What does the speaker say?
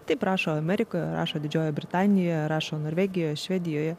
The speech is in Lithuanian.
taip rašo amerikoje rašo didžiojoj britanijoje rašo norvegijoje švedijoje